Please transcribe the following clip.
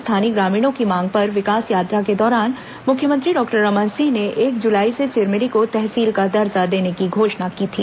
स्थानीय ग्रामीणों की मांग पर विकास यात्रा के दौरान मुख्यमंत्री डॉक्टर रमन सिंह ने एक जुलाई से चिरमिरी को तहसील का दर्जा देने की घोषणा की थी